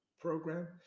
program